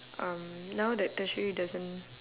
um now that tertiary doesn't